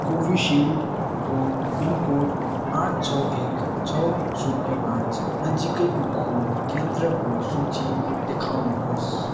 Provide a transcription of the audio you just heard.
कोभिडसिल्डको pin code आठ छ एक छ शून्य पाँच नजिकैको खोप केन्द्रको सूची देखाउनु होस्